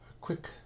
quick